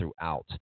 throughout